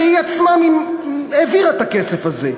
שהיא עצמה העבירה את הכסף הזה.